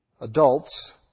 adults